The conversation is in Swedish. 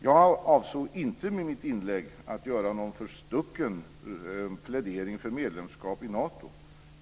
Jag avsåg inte med mitt inlägg att göra någon förstucken plädering för medlemskap i Nato.